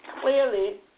clearly